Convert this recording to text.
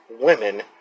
women